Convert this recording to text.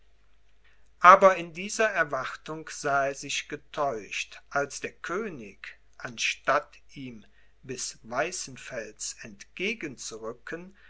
aber in dieser erwartung sah er sich getäuscht als der könig anstatt ihm bis weißenfels